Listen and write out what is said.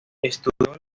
estudió